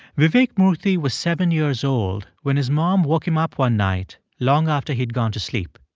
vivek murthy was seven years old when his mom woke him up one night long after he'd gone to sleep.